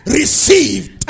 received